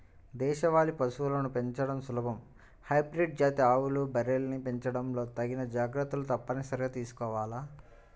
దేశవాళీ పశువులను పెంచడం సులభం, హైబ్రిడ్ జాతి ఆవులు, బర్రెల్ని పెంచడంలో తగిన జాగర్తలు తప్పనిసరిగా తీసుకోవాల